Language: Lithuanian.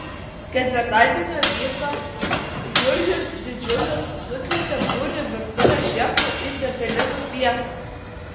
ketvirtadienio rytą jurgis didžiulis sukvietė būrį virtuvės šefų į cepelinų fiestą